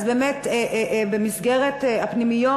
במסגרת הפנימיות,